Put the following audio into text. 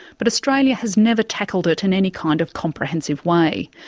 but australia has never tackled it in any kind of comprehensive way.